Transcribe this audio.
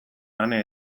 ane